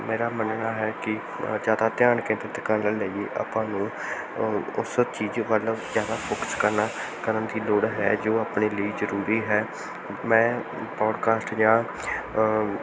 ਮੇਰਾ ਮੰਨਣਾ ਹੈ ਕਿ ਜ਼ਿਆਦਾ ਧਿਆਨ ਕੇਂਦਰਿਤ ਕਰਨ ਲਈ ਆਪਾਂ ਨੂੰ ਉਸ ਚੀਜ਼ ਵੱਲ ਜ਼ਿਆਦਾ ਫੋਕਸ ਕਰਨਾ ਕਰਨ ਦੀ ਲੋੜ ਹੈ ਜੋ ਆਪਣੇ ਲਈ ਜ਼ਰੂਰੀ ਹੈ ਮੈਂ ਪੋਡਕਾਸਟ ਜਾਂ